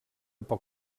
poc